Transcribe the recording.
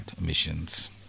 emissions